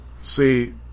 See